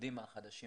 העובדים החדשים